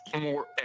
more